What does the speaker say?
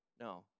No